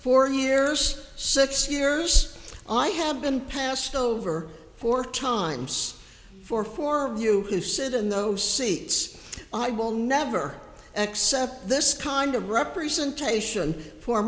four years six years i have been passed over four times for for you to sit in those seats i will never accept this kind of representation for